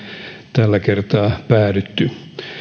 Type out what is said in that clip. tällä kertaa päädytty